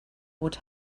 would